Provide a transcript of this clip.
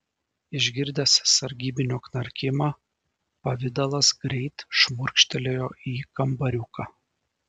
išgirdęs sargybinio knarkimą pavidalas greit šmurkštelėjo į kambariuką